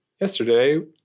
Yesterday